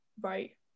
right